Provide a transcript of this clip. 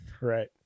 Right